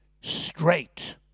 straight